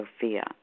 Sophia